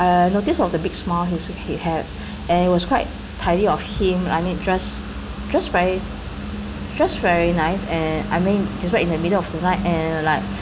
I notice of the big smile he said he had and it was quite tidy of him I mean just just very just very nice and I mean despite in the middle of the night and like